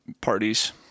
Parties